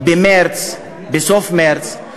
בסוף מרס,